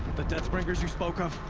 the deathbringers you spoke of?